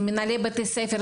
עם מנהלי בתי ספר,